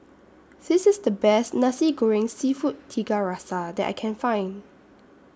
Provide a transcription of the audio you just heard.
This IS The Best Nasi Goreng Seafood Tiga Rasa that I Can Find